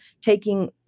taking